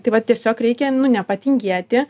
tai va tiesiog reikia nu nepatingėti